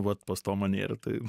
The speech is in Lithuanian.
vat pas tomą nėra tai